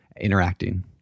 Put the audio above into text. interacting